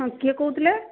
ହଁ କିଏ କହୁଥିଲେ